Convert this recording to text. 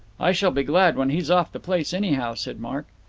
i shall be glad when he's off the place, anyhow, said mark.